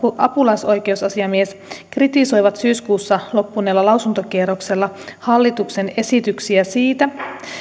apulaisoikeusasiamies kritisoivat syyskuussa loppuneella lausuntokierroksella hallituksen esityksiä siitä